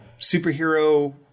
superhero